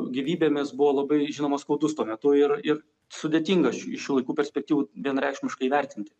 gyvybėmis buvo labai žinoma skaudus tuo metu ir ir sudėtinga iš šių laikų perspektyvų vienareikšmiškai įvertinti